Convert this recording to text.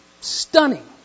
stunning